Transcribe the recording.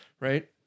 right